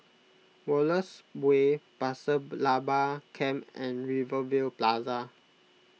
Wallace Way Pasir Laba Camp and Rivervale Plaza